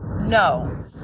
no